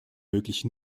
möglich